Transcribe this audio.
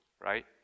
right